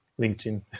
LinkedIn